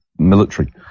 Military